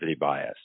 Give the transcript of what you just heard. bias